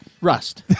Rust